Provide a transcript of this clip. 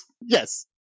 yes